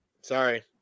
Sorry